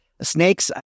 Snakes